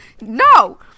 no